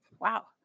wow